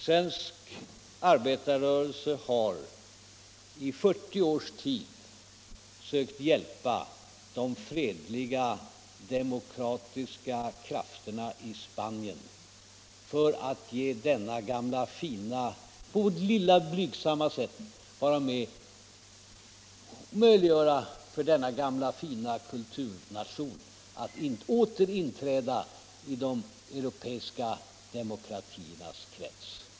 Svensk arbetarrörelse har i 40 års tid sökt hjälpa de fredliga demokratiska krafterna i Spanien. På vårt lilla blygsamma sätt har vi velat vara med om att möjliggöra för denna gamla fina kulturnation att åter inträda i de europeiska demokratiernas krets.